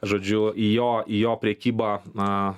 žodžiu į jo į jo prekybą